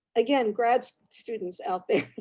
again, grad students out there